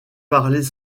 parler